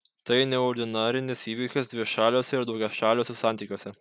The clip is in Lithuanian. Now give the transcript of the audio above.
tai neordinarinis įvykis dvišaliuose ir daugiašaliuose santykiuose